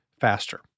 faster